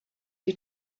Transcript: you